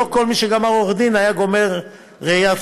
לא כל מי שגמר עורך-דין היה גומר ראיית-חשבון.